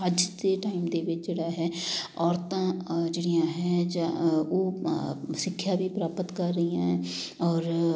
ਅੱਜ ਦੇ ਟਾਈਮ ਦੇ ਵਿੱਚ ਜਿਹੜਾ ਹੈ ਔਰਤਾਂ ਜਿਹੜੀਆਂ ਹੈ ਜਾਂ ਉਹ ਸਿੱਖਿਆ ਵੀ ਪ੍ਰਾਪਤ ਕਰ ਰਹੀਆਂ ਹੈ ਔਰ